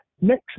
Next